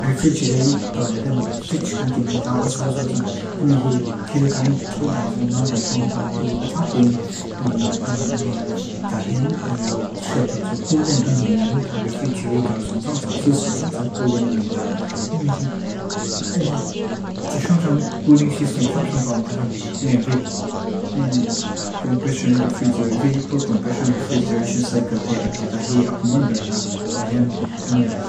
Refrigerator emog. Fridge kan kimeitaw osamsochan. Hemihi khilkan, thildavu nan kan mongta. I atlapuin. Nge. Tahian, i siatok jo kulen anhing. Nginita. Refrigerator songsongcham. Fridge songsongcham. Kulen anhingta. Hemihi. I. Tse songcham, cooling system songsongkaw dahi. Vapor compression refrigeration. Vapor compression refrigeration cycle te amtita. Tahi akumonder ta. Tahian, nge,